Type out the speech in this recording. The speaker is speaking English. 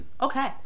Okay